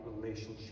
relationship